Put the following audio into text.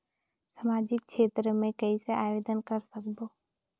समाजिक क्षेत्र मे कइसे आवेदन कर सकबो?